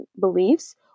beliefs